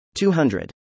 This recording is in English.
200